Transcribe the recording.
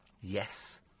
Yes